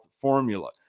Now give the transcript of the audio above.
Formula